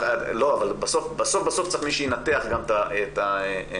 בסוף צריך מי שינתח גם את הנתונים.